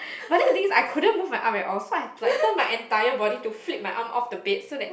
but then the thing is I couldn't move my arm at all so I had to like turn my entire body to flip my arm off the bed so that